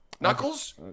Knuckles